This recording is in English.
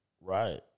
right